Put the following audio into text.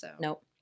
Nope